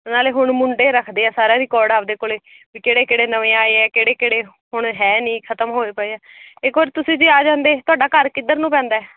ਨਾਲੇ ਹੁਣ ਮੁੰਡੇ ਰੱਖਦੇ ਆ ਸਾਰਾ ਰਿਕਾਰਡ ਆਪਣੇ ਕੋਲ ਵੀ ਕਿਹੜੇ ਕਿਹੜੇ ਨਵੇਂ ਆਏ ਆ ਕਿਹੜੇ ਕਿਹੜੇ ਹੁਣ ਹੈ ਨਹੀਂ ਖਤਮ ਹੋਏ ਪਏ ਆ ਇੱਕ ਵਾਰ ਤੁਸੀਂ ਜੇ ਆ ਜਾਂਦੇ ਤੁਹਾਡਾ ਘਰ ਕਿੱਧਰ ਨੂੰ ਪੈਂਦਾ